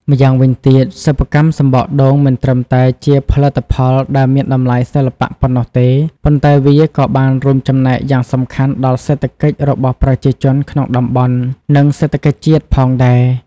ម្យ៉ាងវិញទៀត សិប្បកម្មសំបកដូង មិនត្រឹមតែជាផលិតផលដែលមានតម្លៃសិល្បៈប៉ុណ្ណោះទេ ប៉ុន្តែវាក៏បានរួមចំណែកយ៉ាងសំខាន់ដល់សេដ្ឋកិច្ចរបស់ប្រជាជនក្នុងតំបន់ និងសេដ្ឋកិច្ចជាតិផងដែរ។